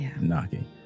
knocking